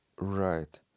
Right